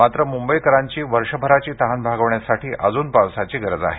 मात्र मुंबईकरांची वर्षभराची तहान भागविण्यासाठी अजून पावसाची गरज आहे